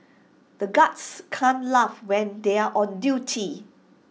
the guards can't laugh when they are on duty